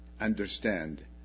understand